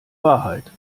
wahrheit